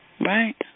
Right